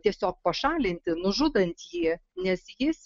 tiesiog pašalinti nužudant jį nes jis